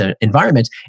environment